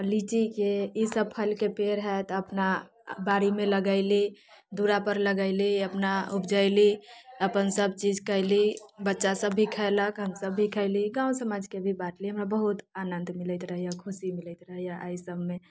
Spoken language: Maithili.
लीचीके ई सब फलके पेड़ हय तऽ अपना बारीमे लगयली दूरा पर लगयली अपना उपजयली अपन सब चीज कयली बच्चा सब भी खयलक हमसब भी खयली गाँव समाजके भी बाँटली हमरा बहुत आनंद मिलैत रहैयेा खुशी मिलैत रहैया ई सबमे